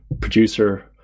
producer